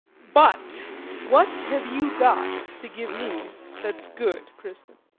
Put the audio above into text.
but what have you got to give me that's good, kristin?